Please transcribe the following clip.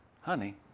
honey